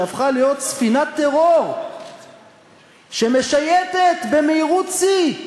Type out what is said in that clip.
שהפכה להיות ספינת טרור שמשייטת במהירות שיא,